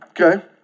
Okay